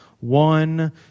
one